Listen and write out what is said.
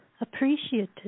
appreciated